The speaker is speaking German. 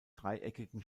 dreieckigen